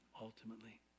ultimately